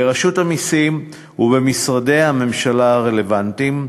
ברשות המסים ובמשרדי הממשלה הרלוונטיים,